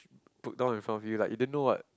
put down in front of you like you didn't know what